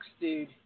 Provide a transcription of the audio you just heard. dude